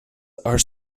are